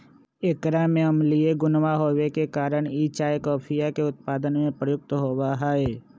एकरा में अम्लीय गुणवा होवे के कारण ई चाय कॉफीया के उत्पादन में प्रयुक्त होवा हई